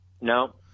No